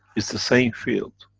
it's the same field